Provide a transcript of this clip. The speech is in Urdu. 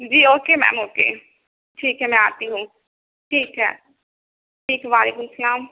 جی اوکے میم اوکے ٹھیک ہے میں آتی ہوں ٹھیک ہے ٹھیک ہے وعلیکم السلام